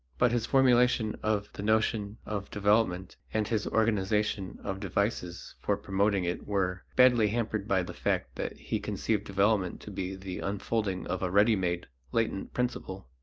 but his formulation of the notion of development and his organization of devices for promoting it were badly hampered by the fact that he conceived development to be the unfolding of a ready-made latent principle.